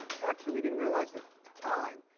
actually, we didn't realize the the time,